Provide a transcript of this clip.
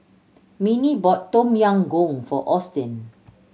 Minnie bought Tom Yam Goong for Austin